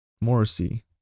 Morrissey